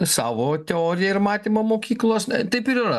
savo teoriją ir matymą mokyklos taip ir yra